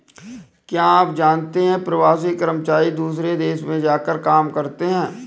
क्या आप जानते है प्रवासी कर्मचारी दूसरे देश में जाकर काम करते है?